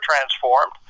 transformed